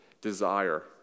desire